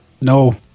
no